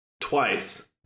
twice